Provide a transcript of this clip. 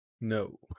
No